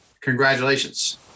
Congratulations